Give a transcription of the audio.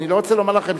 אני לא רוצה לומר לכם: